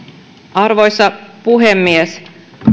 arvoisa puhemies